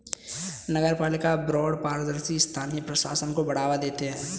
नगरपालिका बॉन्ड पारदर्शी स्थानीय प्रशासन को बढ़ावा देते हैं